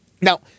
Now